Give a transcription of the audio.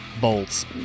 bolts